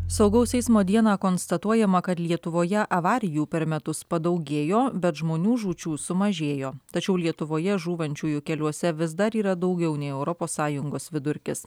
saugaus eismo dieną konstatuojama kad lietuvoje avarijų per metus padaugėjo bet žmonių žūčių sumažėjo tačiau lietuvoje žūvančiųjų keliuose vis dar yra daugiau nei europos sąjungos vidurkis